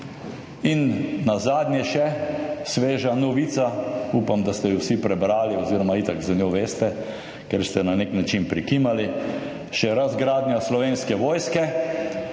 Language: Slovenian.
In nazadnje še sveža novica, upam, da ste jo vsi prebrali oziroma itak za njo veste, ker ste na nek način prikimali še razgradnja Slovenske vojske